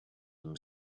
them